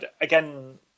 again